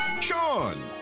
Sean